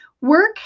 work